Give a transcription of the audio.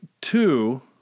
two